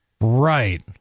Right